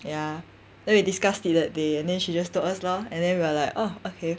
ya then we discussed it that day and then she just told us lor and then we were like orh okay